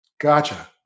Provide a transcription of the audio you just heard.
Gotcha